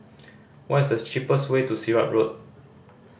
what is the cheapest way to Sirat Road